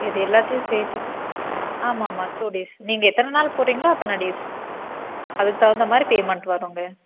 இது எல்லாத்தையும் சேர்த்தி தான் ஆமாம் ஆமாம் டூ டேஸ் நீங்கள் எத்தனை நாள் போகறீங்ளோ அத்தனை டேஸ் அதுக்கு தகுந்தமாதிரி பேமெண்ட் வரும்ங்க